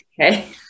Okay